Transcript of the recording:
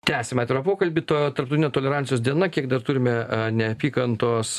tęsiame atvirą pokalbį tarptautinė tolerancijos diena kiek dar turime neapykantos